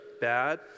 bad